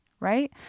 Right